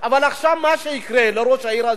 אבל עכשיו מה שיקרה לראש העיר הזה,